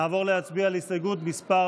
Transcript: נעבור להצביע על הסתייגות מס'